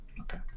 Okay